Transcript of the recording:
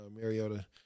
Mariota